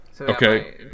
Okay